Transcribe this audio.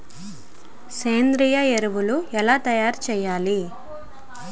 సేంద్రీయ ఎరువులు ఎలా తయారు చేయాలి?